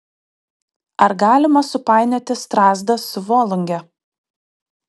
ar galima supainioti strazdą su volunge